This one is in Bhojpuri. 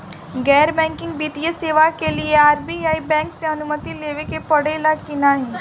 गैर बैंकिंग वित्तीय सेवाएं के लिए आर.बी.आई बैंक से अनुमती लेवे के पड़े ला की नाहीं?